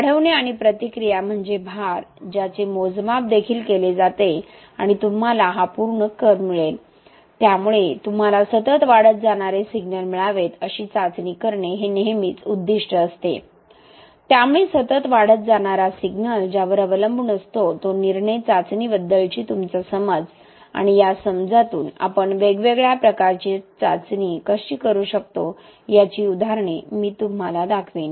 वाढवणे आणि प्रतिक्रिया म्हणजे भार ज्याचे मोजमाप देखील केले जाते आणि तुम्हाला हा पूर्ण कर्व्ह मिळेल त्यामुळे तुम्हाला सतत वाढत जाणारे सिग्नल मिळावेत अशी चाचणी करणे हे नेहमीच उद्दिष्ट असते त्यामुळे सतत वाढत जाणारा सिग्नल ज्यावर अवलंबून असतो तो निर्णय चाचणीबद्दलची तुमचा समज आणि या समजातून आपण वेगवेगळ्या प्रकारच्या चाचणी कशा करू शकतो याची उदाहरणे मी तुम्हाला दाखवीन